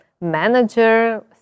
manager